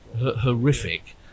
horrific